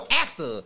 actor